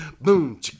Boom